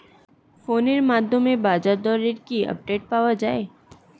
ফোনের মাধ্যমে বাজারদরের কি আপডেট পাওয়া যায়?